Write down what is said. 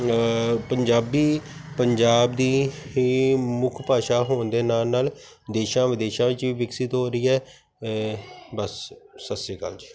ਪੰਜਾਬੀ ਪੰਜਾਬ ਦੀ ਹੀ ਮੁੱਖ ਭਾਸ਼ਾ ਹੋਣ ਦੇ ਨਾਲ਼ ਨਾਲ਼ ਦੇਸ਼ਾਂ ਵਿਦੇਸ਼ਾਂ ਵਿੱਚ ਵੀ ਵਿਕਸਿਤ ਹੋ ਰਹੀ ਹੈ ਬਸ ਸਤਿ ਸ਼੍ਰੀ ਅਕਾਲ ਜੀ